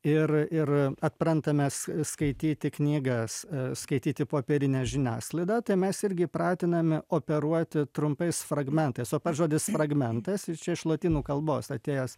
ir ir atprantam mes skaityti knygas skaityti popierinę žiniasklaidą tai mes irgi pratinami operuoti trumpais fragmentais o pats žodis fragmentas ir čia iš lotynų kalbos atėjęs